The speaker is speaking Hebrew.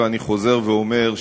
ואני חוזר ואומר,